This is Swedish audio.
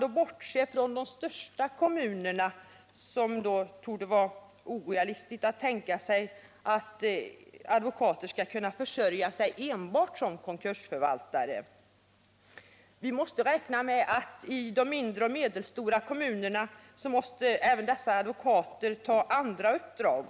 Om man bortser från de största kommunerna torde det vara orealistiskt att tänka sig att advokater skall kunna försörja sig enbart som konkursförvaltare. Åtminstone i mindre och medelstora kommuner måste dessa advokater ta även andra uppdrag.